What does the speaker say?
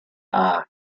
and